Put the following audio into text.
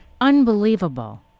unbelievable